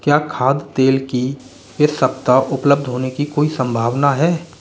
क्या खाद्य तेल की इस सप्ताह उपलब्ध होने की कोई संभावना है